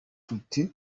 tuti